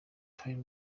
taylor